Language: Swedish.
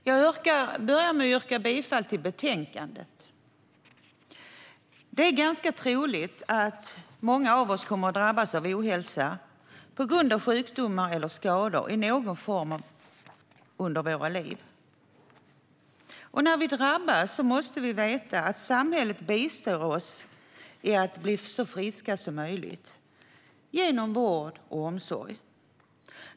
Herr talman! Jag börjar med att yrka bifall till förslaget i betänkandet. Det är ganska troligt att många av oss kommer att drabbas av ohälsa på grund av sjukdomar eller skador i någon form under våra liv. När vi drabbas måste vi veta att samhället bistår oss i att bli så friska som möjligt genom vård och omsorg.